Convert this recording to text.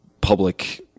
public